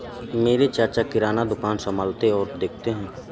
मेरे चाचा किराना दुकान संभालते और देखते हैं